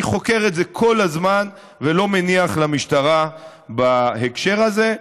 אני חוקר את זה כל הזמן ולא מניח למשטרה בהקשר הזה.